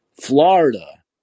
Florida